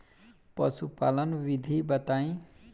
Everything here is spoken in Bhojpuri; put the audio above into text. पशुपालन विधि बताई?